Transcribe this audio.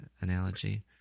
analogy